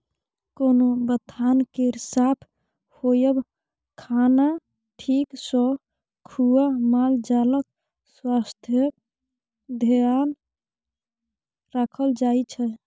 कोनो बथान केर साफ होएब, खाना ठीक सँ खुआ मालजालक स्वास्थ्यक धेआन राखल जाइ छै